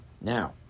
Now